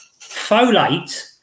Folate